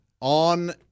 on